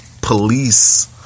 police